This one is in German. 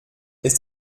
ist